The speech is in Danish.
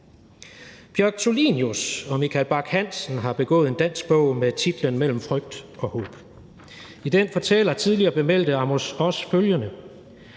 Bjørg Tulinius og Michael Bach Henriksen har begået en dansk bog med titlen »Mellem frygt og håb«, og i den fortæller tidligere bemeldte Amos Oz følgende: